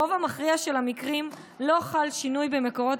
ברוב המכריע של המקרים לא חל שינוי במקורות